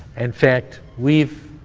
in fact, we've